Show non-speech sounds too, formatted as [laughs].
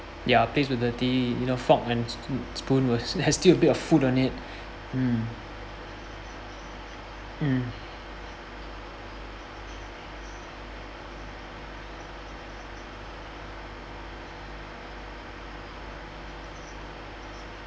ya plates were dirty you know fork and s~ mm spoon was [laughs] has still a bit of food on it mm mm